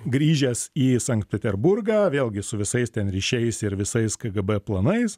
grįžęs į sankt peterburgą vėlgi su visais ten ryšiais ir visais kgb planais